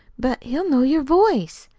but he'll know your voice.